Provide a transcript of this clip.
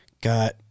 Got